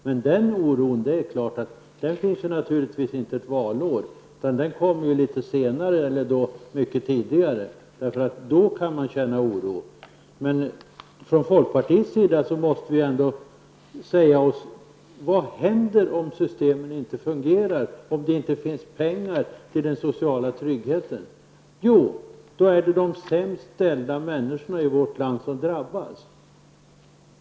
Men den oron finns naturligtvis inte ett valår, utan den kan man känna litet senare -- eller mycket tidigare. Från folkpartiets sida måste vi ändå säga oss: Vad händer om systemen inte fungerar, om det inte finns pengar till den sociala tryggheten? Då är det de sämst ställda människorna i vårt land som drabbas.